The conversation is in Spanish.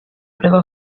prueba